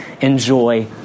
enjoy